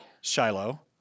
Shiloh